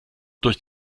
durch